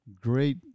great